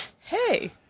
hey